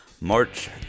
March